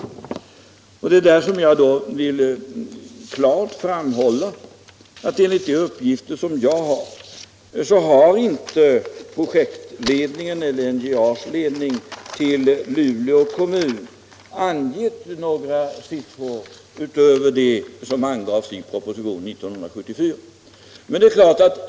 Jag vill alltså framhålla att enligt de uppgifter jag har har inte projektledningen eller NJA:s ledning för Luleå kommun uppgivit några siffror utöver dem som angavs i propositionen 1974 som ett fast planeringsunderlag.